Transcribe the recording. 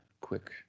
quick